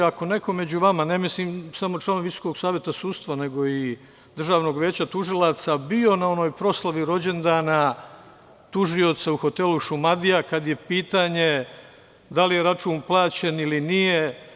Ako neko među vama, ne mislim samo na članove Visokog saveta sudstva nego i Državnog veća tužilaca, bio na onoj proslavi rođendana tužioca u hotelu „Šumadija“ kad je pitanje da li je račun plaćen ili nije?